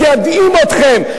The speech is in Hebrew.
שידהים אתכם.